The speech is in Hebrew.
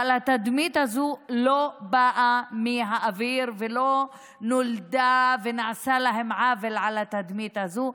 אבל התדמית הזאת לא באה מהאוויר ולא שנולדה ונעשה להם עוול בתדמית הזאת.